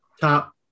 top